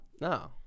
No